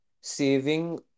saving